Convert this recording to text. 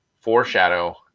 foreshadow